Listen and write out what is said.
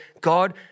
God